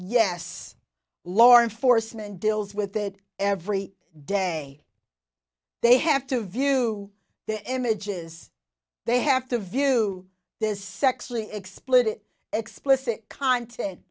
yes lauren foresman deals with it every day they have to view the images they have to view this sexually explicit explicit content